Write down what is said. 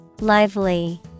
Lively